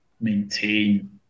maintain